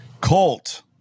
colt